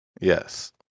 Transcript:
Yes